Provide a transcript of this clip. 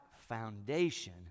foundation